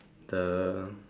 the